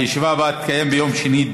הישיבה הבאה תתקיים ביום שני,